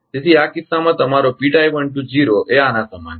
તેથી આ કિસ્સામાં તમારો એ આના સમાન છે